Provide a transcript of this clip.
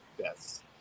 Yes